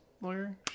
lawyer